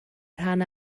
rhan